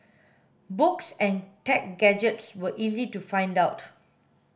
books and tech gadgets were easy to figure out